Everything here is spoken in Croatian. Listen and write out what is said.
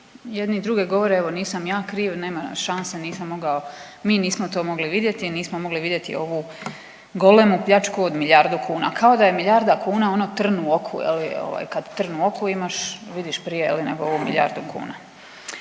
jedni i drugi govore evo nisam ja kriv, nema šanse, nisam mogao, mi nismo to mogli vidjeti, nismo mogli vidjeti ovu golemu pljačku od milijardu kuna kao da je milijarda kuna ono trn u oku je li ovaj kad trn u oku imaš vidiš prije je li nego ovu milijardu kuna.